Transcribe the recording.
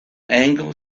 angle